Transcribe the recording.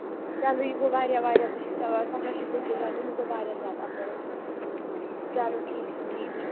چلو یہِ گو واریاہ واریاہ بہٕ چھُس سیٹھاہ شُکٕر گُزار تہٕ یہِ گوٚو واریاہ زیادٕ اصٕل چلو ٹھیٖک چھُ ٹھیٖک چھُ شُکُر